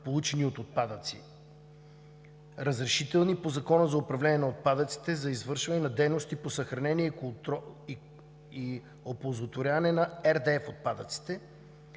получени от отпадъци). Разрешителни по Закона за управление на отпадъците за извършване на дейности по съхранение и оползотворяване на RDF отпадъците.